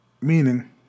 meaning